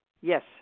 Yes